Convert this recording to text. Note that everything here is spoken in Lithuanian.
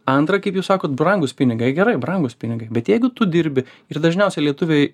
antra kaip jūs sakot brangūs pinigai gerai brangūs pinigai bet jeigu tu dirbi ir dažniausiai lietuviai